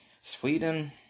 Sweden